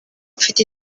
mfite